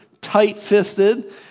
tight-fisted